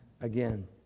again